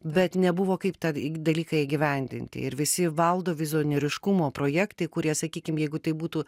bet nebuvo kaip tą dalyką įgyvendinti ir visi valdo vizionieriškumo projektai kurie sakykim jeigu tai būtų